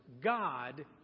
God